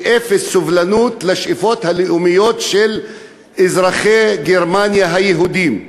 אפס סובלנות לשאיפות הלאומיות של אזרחי גרמניה היהודים?